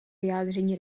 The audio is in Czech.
vyjádření